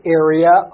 area